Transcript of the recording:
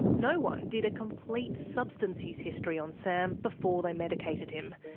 no one did a complete substance use history on sam before they medicated him,